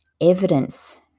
evidence